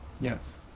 yes